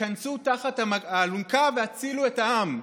היכנסו תחת האלונקה והצילו את העם.